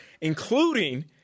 including